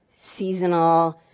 seasonal,